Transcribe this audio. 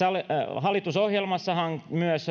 hallitusohjelmassahan myös